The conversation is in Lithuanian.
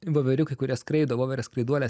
voveriukai kurie skraido voverės skraiduolės